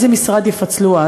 איזה משרד יפצלו אז?